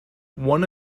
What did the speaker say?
one